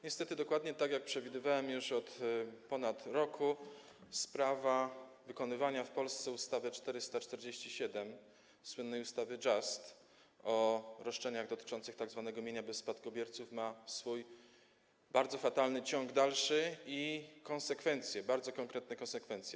Niestety dokładnie tak, jak przewidywałem już ponad roku temu, sprawa wykonywania w Polsce ustawy 447, słynnej ustawy Just o roszczeniach dotyczących tzw. mienia bez spadkobierców, ma swój bardzo fatalny ciąg dalszy i konsekwencje, bardzo konkretne konsekwencję.